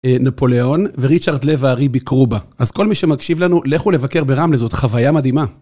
נפוליאון וריצ'ארד לב-הארי ביקרו בה. אז כל מי שמקשיב לנו, לכו לבקר ברמלה זאת חוויה מדהימה.